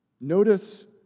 Notice